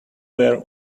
where